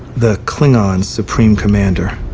the klingon supreme commander,